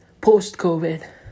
post-COVID